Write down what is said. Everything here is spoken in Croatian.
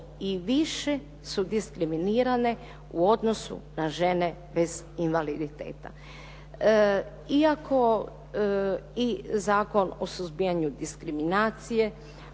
i više su diskriminirane u odnosu na žene bez invaliditeta. Iako i Zakon o suzbijanju diskriminacije,